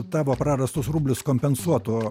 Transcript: tavo prarastus rublius kompensuotų